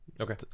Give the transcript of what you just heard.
Okay